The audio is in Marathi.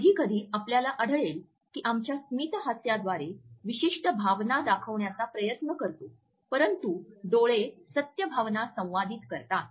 कधीकधी आपल्याला आढळेल की आमच्या स्मित हास्याद्वारे विशिष्ट भावना दाखविण्याचा प्रयत्न करतो परंतु डोळे सत्य भावना संवादित करतात